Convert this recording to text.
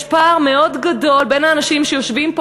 פער מאוד גדול בין האנשים שיושבים פה,